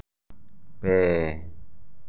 ᱯᱮ